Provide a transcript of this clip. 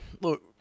Look